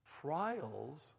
Trials